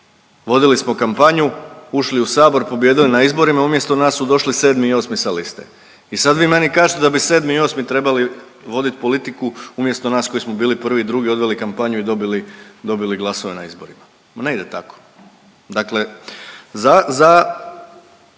vodili smo kampanju, ušli u Sabor, pobijedili na izborima, umjesto nas su došli 7. i 8. sa liste i sad vi meni kažete da bi 7. i 8. trebali vodit politiku umjesto nas koji smo bili 1. i 2. i odveli kampanju i dobili glasove na izborima. Na ne ide tako.